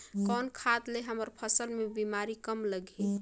कौन खाद ले हमर फसल मे बीमारी कम लगही?